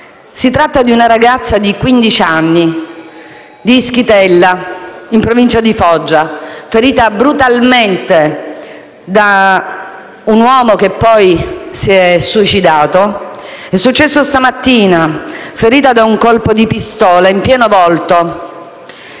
Si tratta di una ragazza di quindici anni di Ischitella, in provincia di Foggia, ferita brutalmente da un uomo che poi si è suicidato: ferita da un colpo di pistola in pieno volto.